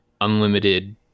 unlimited